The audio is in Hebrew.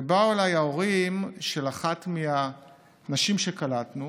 ובאו אליי ההורים של אחת הנשים שקלטנו,